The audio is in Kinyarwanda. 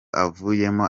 avuyemo